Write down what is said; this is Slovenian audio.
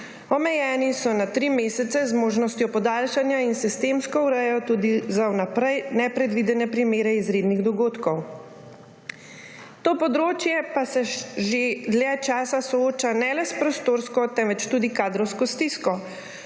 Omejeni so na tri mesece z možnostjo podaljšanja in sistemsko urejajo tudi za vnaprej nepredvidene primere izrednih dogodkov. To področje pa se že dlje časa sooča ne le s prostorsko, temveč tudi s kadrovsko stisko.